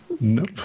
Nope